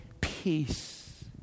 peace